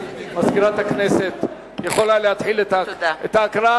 מזכירת הכנסת, את יכולה להתחיל את ההקראה.